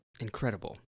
incredible